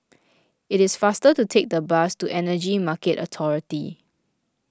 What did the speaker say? it is faster to take the bus to Energy Market Authority